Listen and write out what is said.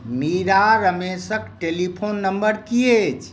मीरा रमेशक telephone number की अछि